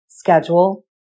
schedule